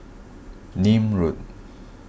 Nim Road